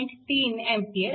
3 A आहे